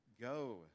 go